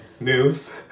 news